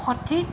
সঠিক